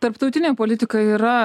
tarptautinė politika yra